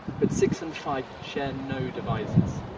but six and five share no divisors,